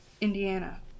Indiana